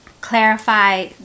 clarify